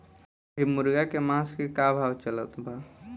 अभी मुर्गा के मांस के का भाव चलत बा?